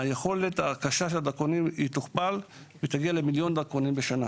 היכולת הקשה של הדרכונים תוכפל ותגיע למיליון דרכונים בשנה,